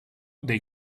dei